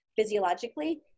physiologically